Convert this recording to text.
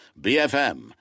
BFM